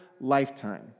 lifetime